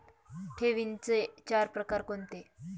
ठेवींचे चार प्रकार कोणते?